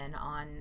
on